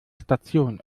station